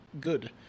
good